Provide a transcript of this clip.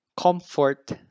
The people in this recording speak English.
Comfort